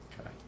Okay